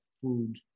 food